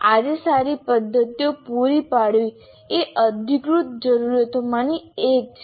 આજે સારી પદ્ધતિઓ પૂરી પાડવી એ અધિકૃત જરૂરિયાતોમાંની એક છે